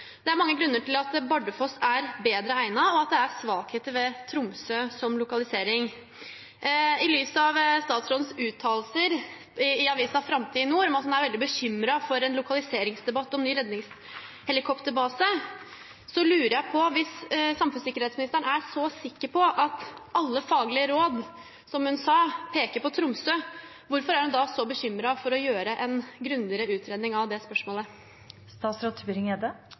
Det er mange grunner til at Bardufoss er bedre egnet, og at det er svakheter ved Tromsø som lokalisering. I lys av statsrådens uttalelser i avisen Framtid i Nord om at hun er veldig bekymret for en lokaliseringsdebatt om ny redningshelikopterbase, lurer jeg på: Hvis samfunnssikkerhetsministeren er så sikker på at alle faglige råd peker på Tromsø – som hun sa – hvorfor er hun da så bekymret for å gjøre en grundigere utredning av det